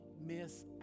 miss